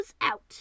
out